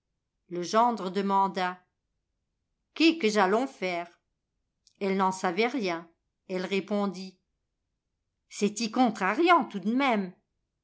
le gendre demanda que que j'allons faire elle n'en savait rien elle répondit cest i contrariant tout d même